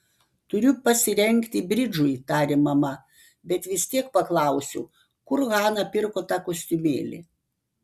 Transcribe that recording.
turiu pasirengti bridžui tarė mama bet vis tiek paklausiu kur hana pirko tą kostiumėlį